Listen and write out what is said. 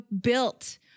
built